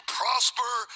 prosper